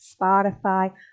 spotify